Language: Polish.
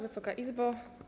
Wysoka Izbo!